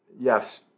yes